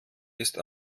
ist